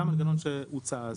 זה המנגנון שהוצע אז.